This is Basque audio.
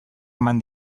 eman